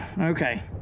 Okay